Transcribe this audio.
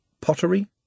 pottery